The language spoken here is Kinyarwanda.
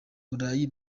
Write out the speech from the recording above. burayi